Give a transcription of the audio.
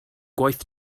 gwaith